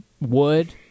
wood